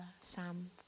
Sam